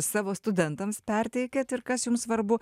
savo studentams perteikiat ir kas jum svarbu